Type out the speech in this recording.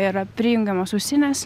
yra prijungiamos ausinės